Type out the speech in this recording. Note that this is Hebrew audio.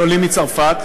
של עולים מצרפת,